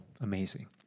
Amazing